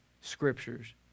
scriptures